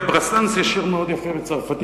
לברסאנס יש שיר מאוד יפה בצרפתית.